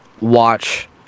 watch